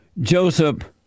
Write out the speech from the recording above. Joseph